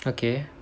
okay